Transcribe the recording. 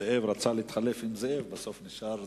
זאב רצה להתחלף עם זאב, בסוף נשאר זאב.